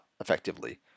effectively